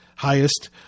highest